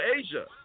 Asia